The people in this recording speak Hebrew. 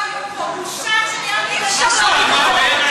היום אתה המצאת במליאה נהלים שעוד לא היו פה.